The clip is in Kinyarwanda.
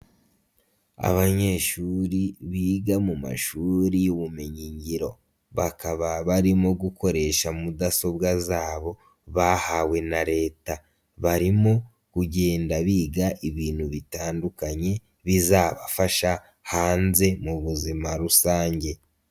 Abanyeshuri biga mu mashuri y'ubumenyi ngiro bakaba barimo gukoresha mudasobwa zabo bahawe na Leta, barimo kugenda biga ibintu bitandukanye bizabafasha hanze mu buzima rusange.